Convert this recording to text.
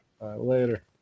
Later